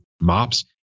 mops